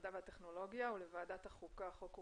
המדע והטכנולוגיה ולוועדת החוקה חוק ומשפט,